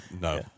No